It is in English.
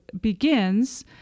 begins